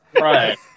Right